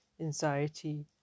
anxiety